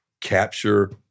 capture